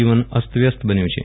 જીવન અસ્તવ્યસ્ત બન્યું છે